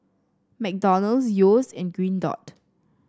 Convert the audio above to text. McDonald's Yeo's and Green Dot